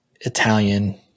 Italian